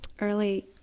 early